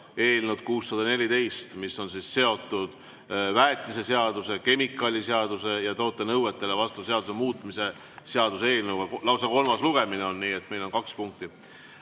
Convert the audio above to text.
eelnõu 614, mis on seotud väetiseseaduse, kemikaaliseaduse ja toote nõuetele vastavuse seaduse muutmise seaduse eelnõuga. Lausa kolmas lugemine on, nii et meil on kaks punkti.